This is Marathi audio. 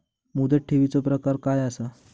मुदत ठेवीचो प्रकार काय असा?